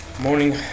morning